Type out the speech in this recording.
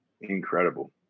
incredible